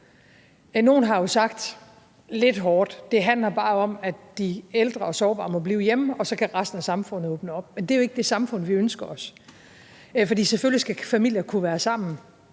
Nogle har jo sagt lidt hårdt, at det bare handler om, at de ældre og sårbare må blive hjemme, og så kan resten af samfundet åbne op. Men det er jo ikke det samfund, vi ønsker os. For selvfølgelig skal familier kunne være sammen.